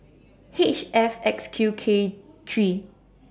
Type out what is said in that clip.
H F X Q K three